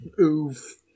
Oof